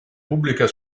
pubblica